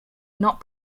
not